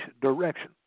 direction